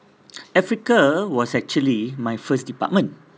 africa was actually my first department